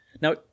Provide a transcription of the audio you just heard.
Now